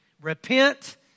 Repent